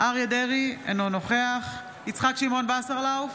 אריה מכלוף דרעי, אינו נוכח יצחק שמעון וסרלאוף,